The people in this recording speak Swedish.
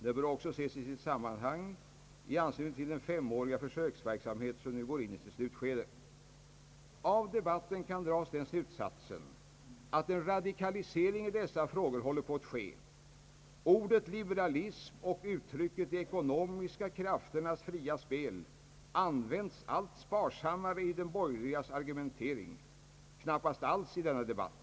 Det bör också ses i sitt sammanhang, i anslutning till den femåriga försöksverksamhet som nu går in i sitt slutskede. Av debatten kan dras den slutsatsen att en radikalisering i dessa frågor håller på att ske. Ordet liberalism och uttrycket de ekonomiska krafternas fria spel används allt sparsammare i de borgerligas argumentering, knappast alls i denna debatt.